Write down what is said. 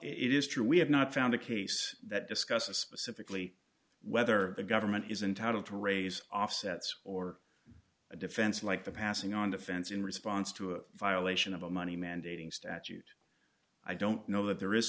it is true we have not found a case that discusses specifically whether the government is entitled to raise offsets or a defense like the passing on the fence in response to a violation of a money mandating statute i don't know that there is